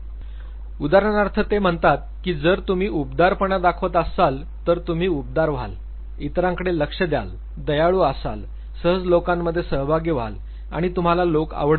उदाहरणार्थ ते म्हणतात की जर तुम्ही उबदारपणा दाखवत असाल तर तुम्ही उबदार व्हाल इतरांकडे लक्ष द्याल दयाळु असाल सहज लोकांमध्ये सहभागी व्हाल आणि तुम्हाला लोक आवडतील